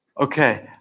Okay